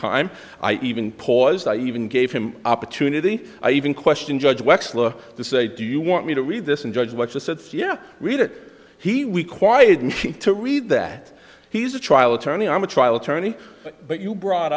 time i even paused i even gave him opportunity i even question judge wexler to say do you want me to read this and judge what you said yeah read it he we quietened to read that he's a trial attorney i'm a trial attorney but you brought